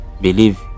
Believe